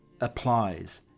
applies